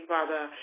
Father